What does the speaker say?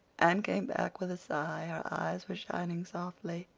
anne came back with a sigh her eyes were shining softly.